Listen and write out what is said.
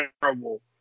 terrible